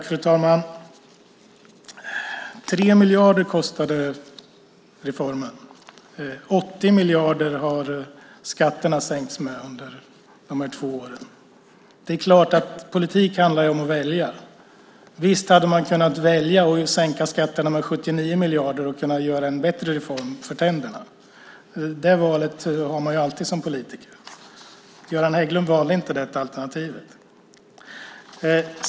Fru talman! 3 miljarder kostade reformen. 80 miljarder har skatterna sänkts med under de här två åren. Politik handlar om att välja, och visst hade man kunnat välja att sänka skatterna med 79 miljarder och göra en bättre reform för tänderna. Det valet har man alltid som politiker. Göran Hägglund valde inte detta alternativ.